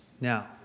Now